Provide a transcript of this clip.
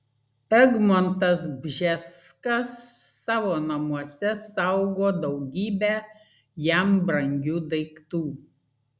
egmontas bžeskas savo namuose saugo daugybę jam brangių daiktų